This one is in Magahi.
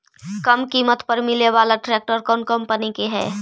कम किमत पर मिले बाला ट्रैक्टर कौन कंपनी के है?